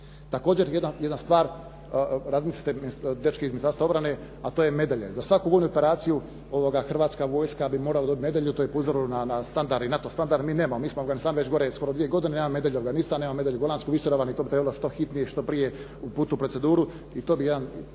Također jedna stvar, razmislite, dečki iz Ministarstva obrane a to je medalja, za svaku vojnu operaciju Hrvatska vojska bi morala dobiti medalju, to je po uzoru na standard, NATO standard, mi nemamo, mi smo u Afganistanu već gore skoro dvije godine, ja nemam medalju Afganistan, nemam medalju Golansku visoravan i to bi trebalo što hitnije i što prije uputiti u proceduru i to bi jedan